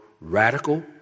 radical